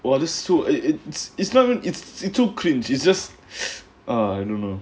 !wah! this so it it's it's not even it's too clean it's just ah I don't know